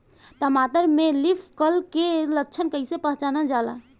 टमाटर में leaf curl के लक्षण कइसे पहचानल जाला?